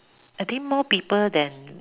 I think more people than